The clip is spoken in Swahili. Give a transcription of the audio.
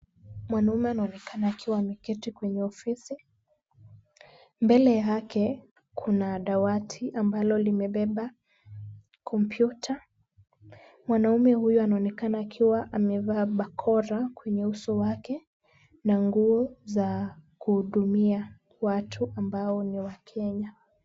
Mwanaume anaonekana akiwa ameketi kwenye ofisi. Mbele yake kuna dawati ambalo limebeba kompyuta. Mwanaume huyu anaonekana akiwa amevaa barakoa kwenye uso wake na nguo za kuhudumia watu ambao ni wakenya.